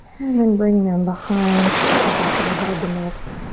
and then bring them behind the back of the head, the neck,